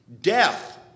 Death